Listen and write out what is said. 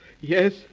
yes